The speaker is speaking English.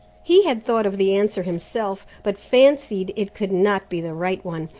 he had thought of the answer himself, but fancied it could not be the right one,